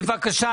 בבקשה,